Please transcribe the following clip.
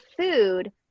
food